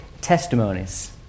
testimonies